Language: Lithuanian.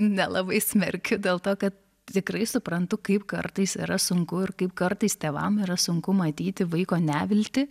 nelabai smerkiu dėl to kad tikrai suprantu kaip kartais yra sunku ir kaip kartais tėvam yra sunku matyti vaiko neviltį